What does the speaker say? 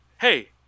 Hey